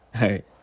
right